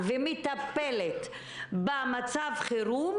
ומטפלת במצב חירום,